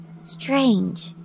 strange